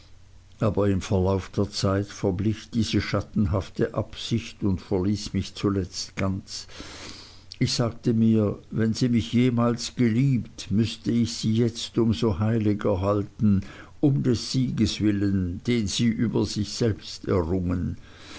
aber im verlauf der zeit verblich diese schattenhafte absicht und verließ mich zuletzt ganz ich sagte mir wenn sie mich jemals geliebt müßte ich sie jetzt um so heiliger halten um des sieges willen den sie über sich selbst errungen